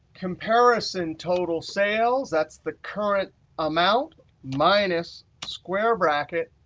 comparison total sales that's the current amount minus square bracket,